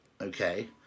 okay